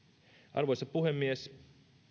arvoisa puhemies